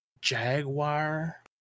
Jaguar